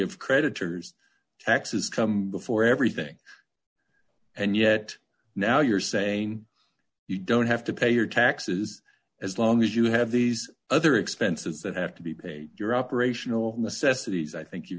of creditors taxes come before everything and yet now you're saying you don't have to pay your taxes as long as you have these other expenses that have to be paid your operational necessities i think